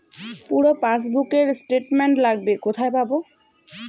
পুরো পাসবুকের স্টেটমেন্ট লাগবে কোথায় পাব?